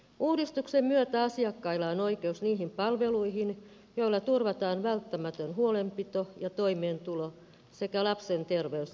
uudistuksen myötä asiakkailla on oikeus niihin palveluihin joilla turvataan välttämätön huolenpito ja toimeentulo sekä lapsen terveys ja kehitys